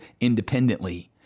independently